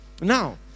now